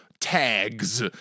tags